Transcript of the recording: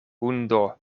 hundo